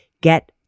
get